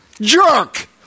jerk